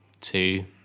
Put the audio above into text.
two